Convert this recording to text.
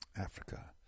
Africa